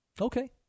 Okay